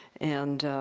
and